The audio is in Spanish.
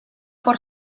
por